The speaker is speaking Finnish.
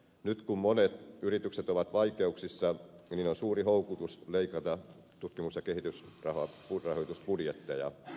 nyt kun monet yritykset ovat vaikeuksissa niillä on suuri houkutus leikata tutkimus ja kehitysrahoitusbudjetteja